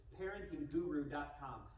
parentingguru.com